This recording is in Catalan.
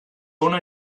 una